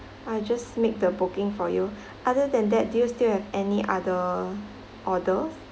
I just make the booking for you other than that do you still have any other order